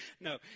No